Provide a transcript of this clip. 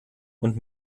und